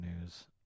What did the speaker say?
news